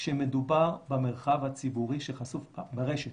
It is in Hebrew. כשמדובר במרחב הציבורי שחשוף ברשת